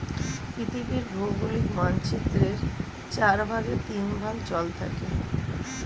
পৃথিবীর ভৌগোলিক মানচিত্রের চার ভাগের তিন ভাগ জল থাকে